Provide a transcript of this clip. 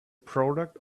product